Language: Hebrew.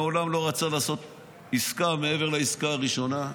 מעולם לא רצה לעשות עסקה מעבר לעסקה הראשונה.